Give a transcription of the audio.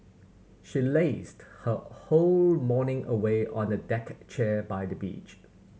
she lazed her whole morning away on a deck chair by the beach